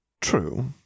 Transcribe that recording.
True